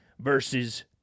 versus